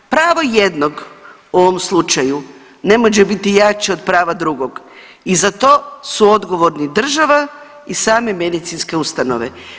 Pravo jednog u ovom slučaju ne može biti jače od prava drugog i za to su odgovorni država i same medicinske ustanove.